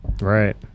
Right